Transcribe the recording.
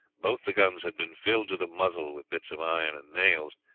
both the guns had been filled to the muzzle with bits of iron and nails,